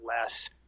less